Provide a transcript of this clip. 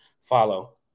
follow